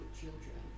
children